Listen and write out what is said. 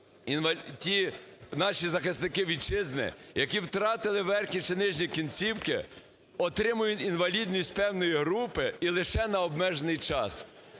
ті наші захисники Вітчизни, які втратили верхні чи нижні кінцівки, отримують інвалідність певної групи і лише на обмежений час.